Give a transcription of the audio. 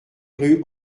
rue